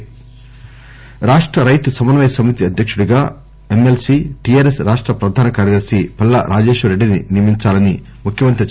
రైతు రాష్ట రైతు సమన్నయ సమితి అధ్యక్షుడిగా ఎమ్మెల్సీ టిఆర్ఎస్ రాష్ట ప్రధాన కార్యదర్శి పల్లా రాజేశ్వర్ రెడ్డిని నియమించాలని ముఖ్యమంత్రి కె